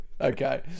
okay